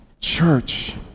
church